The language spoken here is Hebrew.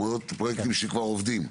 מאות פרויקטים שכבר עובדים.